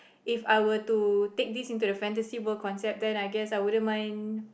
If I were to take this into the fantasy world concept then I guess I wouldn't mind